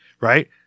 right